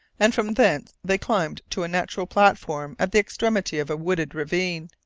and from thence they climbed to a natural platform at the extremity of a wooded ravine.